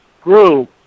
grew